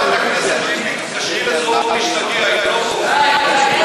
חברת הכנסת לבני, תתקשרי לזועבי שתגיע, היא לא פה.